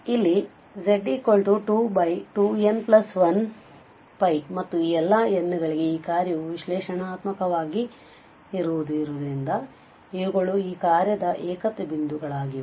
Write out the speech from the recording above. ಇಲ್ಲಿ z22n1 ಮತ್ತು ಈ ಎಲ್ಲಾ n ಗಳಿಗೆ ಈ ಕಾರ್ಯವು ವಿಶ್ಲೇಷಣಾತ್ಮಕವಾಗಿಲ್ಲದಿರುವುದ್ದರಿಂದ ಇವುಗಳು ಈ ಕಾರ್ಯದ ಏಕತ್ವ ಬಿಂದುಗಳಾಗಿವೆ